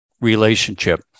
relationship